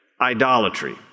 idolatry